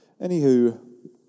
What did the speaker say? Anywho